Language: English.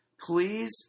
please